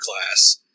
class